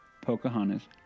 Pocahontas